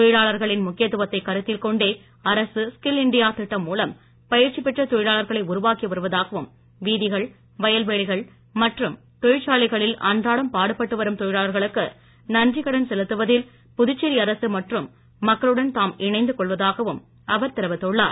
தொழிலாளர்களின் முக்கியத்துவத்தைக் கருத்தில் கொண்டே அரசு ஸ்கில் இண்டியா திட்டம் மூலம் பயிற்சி பெற்ற தொழிலாளர்களை உருவாக்கி வருவதாகவும் வீதிகள் வயல்வெளிகள் மற்றும் தொழிற்சாலைகளில் அன்றாடம் பாடுபட்டு வரும் தொழிலாளர்களுக்கு நன்றிக் கடன் செலுத்துவதில் புதுச்சேரி அரசு மற்றும் மக்களுடன் தாம் இணைந்து கொள்வதாகவும் அவர் தெரிவித்துள்ளார்